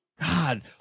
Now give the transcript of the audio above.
God